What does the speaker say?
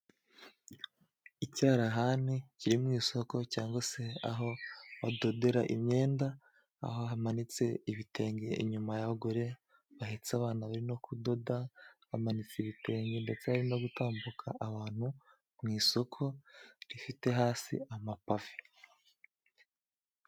Icyarahani kiri mu isoko cyangwa se aho badodera imyenda, aho hamanitse ibitenge inyuma y'abagore bahetse abana bari no kudoda, bamanitse ibitenge ndetse bari no gutambuka, abantu mu isoko rifite hasi amapave.